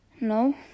No